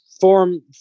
Form